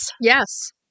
Yes